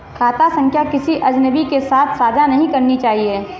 खाता संख्या किसी अजनबी के साथ साझा नहीं करनी चाहिए